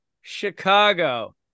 Chicago